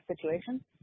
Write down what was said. situation